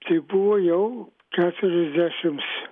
tai buvo jau keturiasdešims